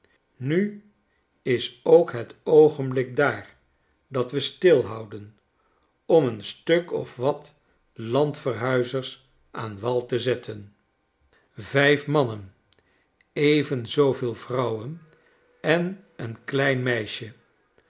nu is ook het oogenblik daar dat we stilhouden om een stuk of wat landverhuizers aan wal te zetten yijf mannen even zooveel vrouwen en een klein meisje